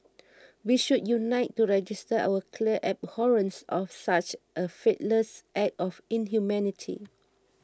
we should unite to register our clear abhorrence of such a faithless act of inhumanity